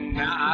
now